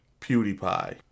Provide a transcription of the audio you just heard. PewDiePie